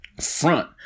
front